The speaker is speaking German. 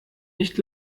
nicht